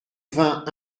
vingt